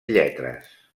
lletres